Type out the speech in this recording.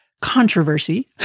controversy